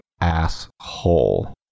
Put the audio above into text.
asshole